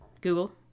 Google